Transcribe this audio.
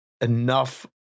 enough